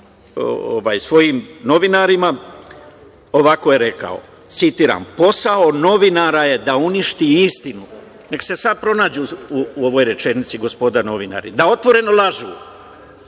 svojim novinarima ovako je rekao, citiram: „Posao novinara je da uništi istinu“, neka se sada pronađu u ovoj rečenici, gospoda novinari, „da otvoreno lažu“,